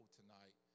tonight